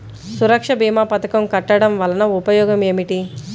సురక్ష భీమా పథకం కట్టడం వలన ఉపయోగం ఏమిటి?